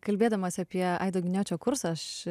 kalbėdamas apie aido giniočio kursą aš